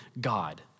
God